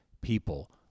people